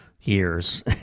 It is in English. years